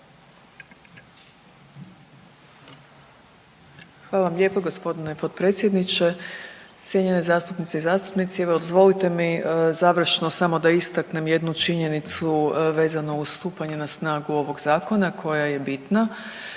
Hvala vam lijepo g. potpredsjedniče, cijenjene zastupnice i zastupnici. Evo, dozvolite mi završno samo da istaknem jednu činjenicu vezano uz stupanje na snagu ovog Zakona koja je bitna.